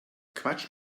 quatsch